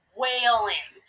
wailing